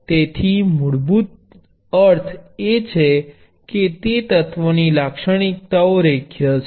તેનો મૂળભૂત અર્થ એ છે કે તે એલિમેન્ટની લાક્ષણિકતાઓ રેખીય છે